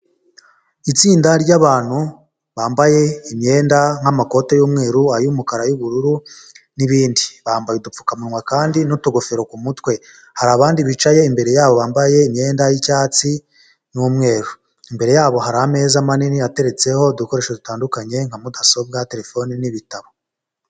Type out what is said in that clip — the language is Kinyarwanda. Itsinda ry'abantu bambaye imyenda nk'amakote y'umweru, ay'umukara, ay'ubururu n'ibindi, bambaye udupfukamunwa kandi n'utugofero ku mutwe. Hari abandi bicaye imbere yabo bambaye imyenda y'icyatsi n'umweru, imbere yabo hari ameza manini ateretseho udukoresho dutandukanye nka mudasobwa, telefone n'ibitabo.